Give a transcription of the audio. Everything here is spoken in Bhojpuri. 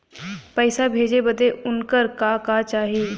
पैसा भेजे बदे उनकर का का चाही?